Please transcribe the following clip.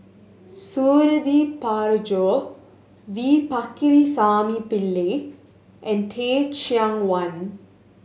Suradi Parjo V Pakirisamy Pillai and Teh Cheang Wan